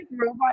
robot